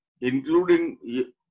including